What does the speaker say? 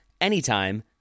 anytime